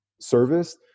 service